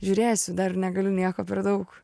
žiūrėsiu dar negaliu nieko per daug